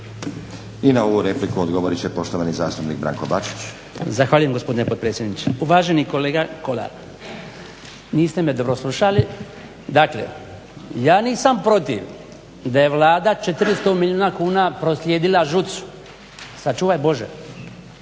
I na ovu repliku odgovorit će poštovani zastupnik Branko Bačić. **Bačić, Branko (HDZ)** Zahvaljujem gospodine potpredsjedniče. Uvaženi kolega Kolar, niste me dobro slušali. Dakle ja nisam protiv da je Vlada 400 milijuna kuna proslijedila ŽUC-u sačuvaj Bože.